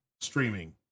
Streaming